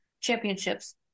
Championships